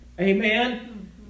Amen